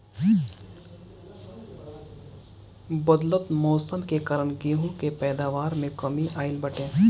बदलत मौसम के कारण गेंहू के पैदावार में कमी आइल बाटे